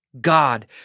God